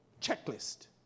checklist